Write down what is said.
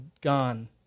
gone